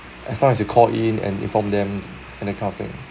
as long as you call in and inform them and that kind of thing